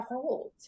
hold